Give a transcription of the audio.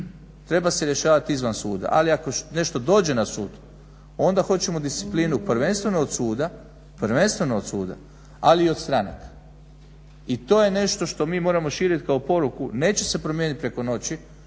Treba se rješavati izvan suda ali ako nešto dođe na sud onda hoćemo disciplinu prvenstveno od suda, ali i od stranaka i to je nešto što mi moramo širiti kao poruku. Neće se promijeniti preko noći.